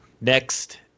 next